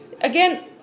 again